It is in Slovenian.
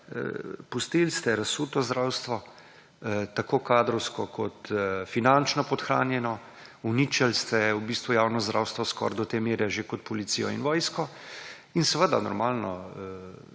pustili ste razsuto zdravstvo tako kadrovsko kot finančno podhranjeno, uničili ste v bistvu javno zdravstvo skoraj do te mere že kot policijo in vojsko in seveda normalno